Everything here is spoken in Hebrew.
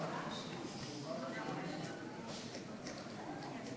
רבותי השרים,